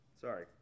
Sorry